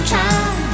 time